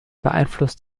beeinflusst